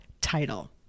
title